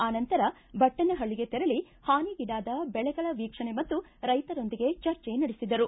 ಆ ನಂತರ ಭಟ್ಟನಹಳ್ಳಿಗೆ ತೆರಳಿ ಹಾನಿಗೀಡಾದ ಬೆಳೆಗಳ ವೀಕ್ಷಣೆ ಮತ್ತು ರೈತರೊಂದಿಗೆ ಚರ್ಚೆ ನಡೆಸಿದರು